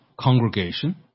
congregation